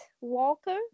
Walker